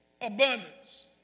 Abundance